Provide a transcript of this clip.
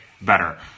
better